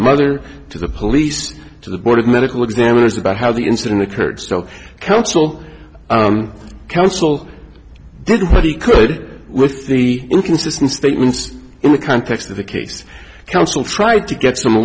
mother to the police to the board of medical examiners about how the incident occurred still counsel counsel did what he could with the inconsistent statements in the context of the case counsel tried to get some a